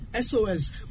SOS